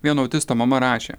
vieno autisto mama rašė